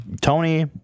Tony